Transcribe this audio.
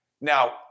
Now